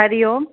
हरिओम